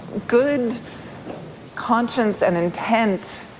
good conscience and intent